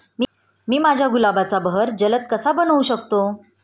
मी माझ्या गुलाबाचा बहर जलद कसा बनवू शकतो?